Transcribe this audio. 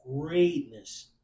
greatness